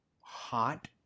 hot